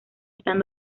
están